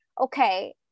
Okay